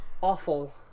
Awful